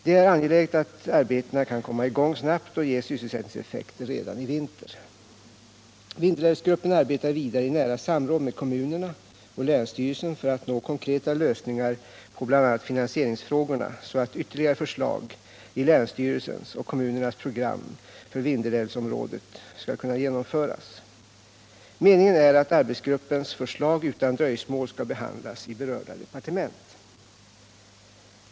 Det är angeläget att arbetena kan komma i gång snabbt och ge sysselsättningseffekter redan i vinter. Vindelälvsgruppen arbetar vidare i nära samråd med kommunerna och länsstyrelsen för att nå konkreta lösningar på bl.a. finansieringsfrågorna, så att ytterligare förslag i länsstyrelsens och kommunernas program för Vindelälvsområdet skall kunna genomföras. Meningen är att arbetsgruppens förslag utan dröjsmål skall behandlas i berörda departement.